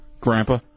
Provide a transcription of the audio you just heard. grandpa